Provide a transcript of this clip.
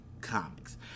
comics